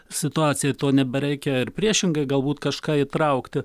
situacijai to nebereikia ir priešingai galbūt kažką įtraukti